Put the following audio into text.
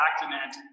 document